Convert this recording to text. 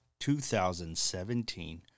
2017